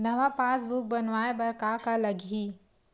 नवा पासबुक बनवाय बर का का लगही?